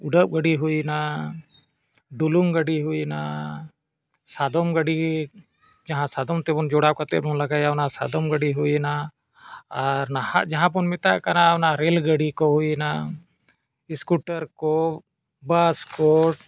ᱩᱰᱟᱹᱱ ᱜᱟᱹᱰᱤ ᱦᱩᱭᱱᱟ ᱰᱩᱞᱩᱝ ᱜᱟᱹᱰᱤ ᱦᱩᱭᱱᱟ ᱥᱟᱫᱚᱢ ᱜᱟᱹᱰᱤ ᱡᱟᱦᱟᱸ ᱥᱟᱫᱚᱢ ᱛᱮᱵᱚᱱ ᱡᱚᱲᱟᱣ ᱠᱟᱛᱮᱵᱚᱱ ᱞᱟᱜᱟᱭᱟ ᱚᱱᱟ ᱥᱟᱫᱚᱢ ᱜᱟᱹᱰᱤ ᱦᱩᱭᱱᱟ ᱟᱨ ᱱᱟᱦᱟᱜ ᱡᱟᱦᱟᱸᱵᱚᱱ ᱢᱮᱛᱟᱜ ᱠᱟᱱᱟ ᱚᱱᱟ ᱨᱮᱹᱞ ᱜᱟᱹᱰᱤ ᱠᱚ ᱦᱩᱭᱮᱱᱟ ᱥᱠᱩᱴᱟᱨ ᱠᱚ ᱵᱟᱥ ᱠᱚ